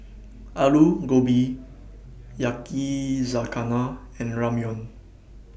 Alu Gobi Yakizakana and Ramyeon